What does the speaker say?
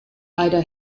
ida